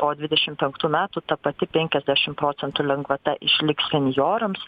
po dvidešim penktų metų ta pati penkiasdešim procentų lengvata išliks senjorams